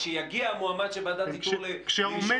כשיגיע המועמד של ועדת איתור לאישור בממשלה --- כשעומד